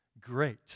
great